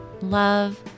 love